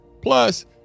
Plus